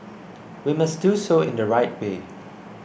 we must do so in the right way